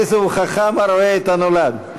איזהו חכם, הרואה את הנולד.